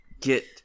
get